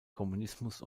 kommunismus